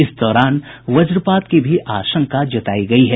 इस दौरान वज्रपात की भी आशंका जतायी गयी है